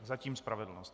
Zatím spravedlnost.